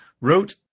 wrote